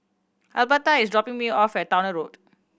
Albertha is dropping me off at Towner Road